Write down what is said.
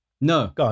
no